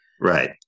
right